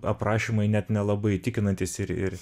aprašymai net nelabai įtikinantys ir ir